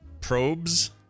Probes